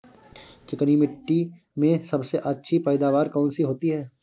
चिकनी मिट्टी में सबसे अच्छी पैदावार कौन सी होती हैं?